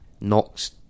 knocks